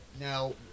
now